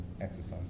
exercise